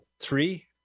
Three